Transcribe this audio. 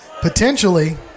potentially